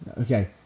Okay